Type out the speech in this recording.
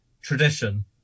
tradition